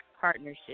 Partnership